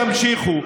תמשיכו.